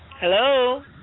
Hello